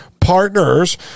partners